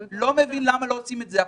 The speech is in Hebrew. אני לא מבין למה לא עושים את זה עכשיו.